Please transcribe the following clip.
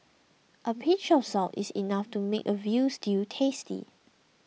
a pinch of salt is enough to make a Veal Stew tasty